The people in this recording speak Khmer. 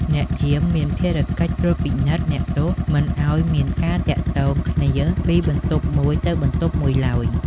អ្នកយាមមានភារកិច្ចត្រួតពិនិត្យអ្នកទោសមិនឱ្យមានការទាក់ទងគ្នាពីបន្ទប់មួយទៅបន្ទប់មួយឡើយ។